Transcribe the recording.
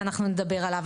ואנחנו נדבר עליו.